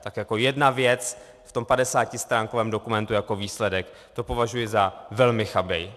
Tak jako jedna věc v tom 50stránkovém dokumentu jako výsledek, to považuji za velmi chabé.